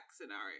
scenario